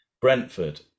Brentford